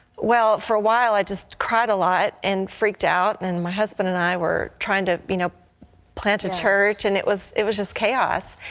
well, for a while i just cried a lot and freaked out. and my husband and i were trying to you know plant a church, and it was it was just chaos.